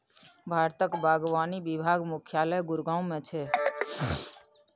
भारतक बागवानी विभाग मुख्यालय गुड़गॉव मे छै